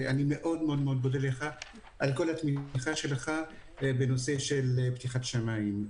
ואני מאוד מאוד מודה לך על כל התמיכה שלך בנושא של פתיחת השמים.